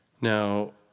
Now